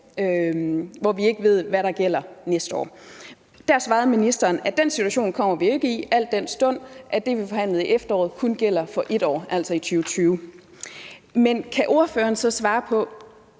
hvor vi ikke ved, hvad der gælder næste år. Der svarede ministeren, at den situation kommer vi ikke i, al den stund at det, vi forhandlede i efteråret, kun gælder for et år, altså i 2020. Men kan ordføreren så svare på,